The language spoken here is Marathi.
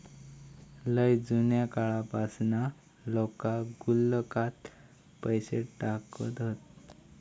लय जुन्या काळापासना लोका गुल्लकात पैसे टाकत हत